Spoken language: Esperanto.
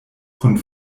kun